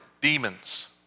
demons